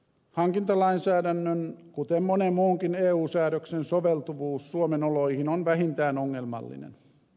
hankintalainsäädännön kuten monen muunkin eun säädöksen soveltuvuus suomen oloihin on vähintään ongelmallinen